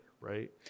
Right